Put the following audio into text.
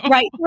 Right